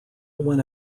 went